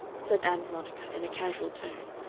said ann veronica in a casual tone,